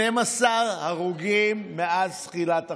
12 הרוגים מאז תחילת החודש.